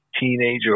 teenager